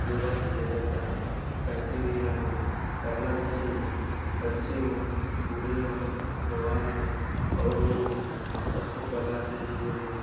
योग किया जाता है करते भी हैं लोग करना भी चाहिए बच्चे हों बूढ़े हों जवान हों और लोग हों सबको करना चाहिए योग